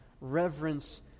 reverence